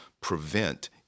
prevent